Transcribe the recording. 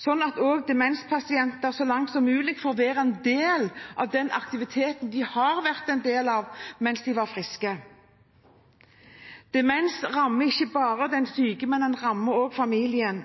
sånn at også demenspasienter så langt som mulig får være en del av den aktiviteten de har vært en del av mens de var friske. Demens rammer ikke bare den syke, den